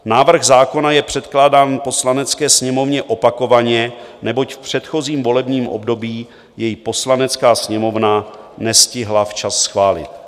Návrh zákona je předkládán Poslanecké sněmovně opakovaně, neboť v předchozím volebním období jej Poslanecká sněmovna nestihla včas schválit.